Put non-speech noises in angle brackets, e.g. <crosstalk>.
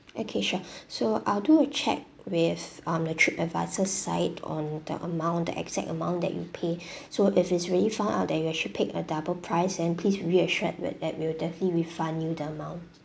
okay sure <breath> so I'll do a check with um the trip advisor side on the amount the exact amount that you pay <breath> so if it's really found out that you actually paid a double price then please reassured we'll that we'll definitely refund you the amount